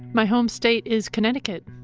my home state is connecticut.